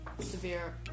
severe